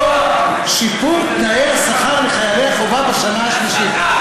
או שיפור תנאי השכר לחיילי החובה בשנה השלישית,